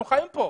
אנחנו חיים כאן.